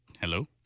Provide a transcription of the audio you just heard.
Hello